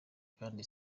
kandi